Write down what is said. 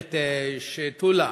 המתכת בשתולה.